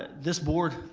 this board,